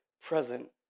present